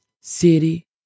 City